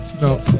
No